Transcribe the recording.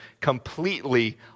completely